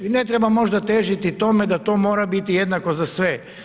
I ne treba možda težiti tome da to mora biti jednako za sve.